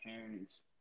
parents